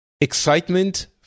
excitement